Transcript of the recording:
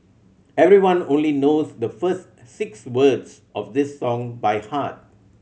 everyone only knows the first six words of this song by heart